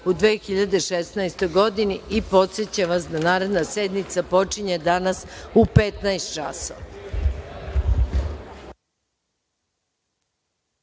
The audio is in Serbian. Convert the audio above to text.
u 2016. godini. Podsećam vas da naredna sednica počinje danas u 15.00